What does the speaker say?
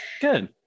good